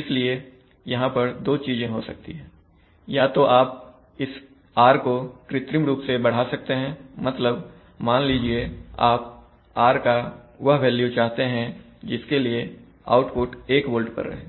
इसलिए यहां पर दो चीजें हो सकती हैं या तो आप इस r को कृत्रिम रूप से बढ़ा सकते हैं मतलब मान लीजिए आप r का वह वैल्यू चाहते हैं जिसके लिए आउटपुट 1 volt पर रहे